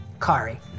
Kari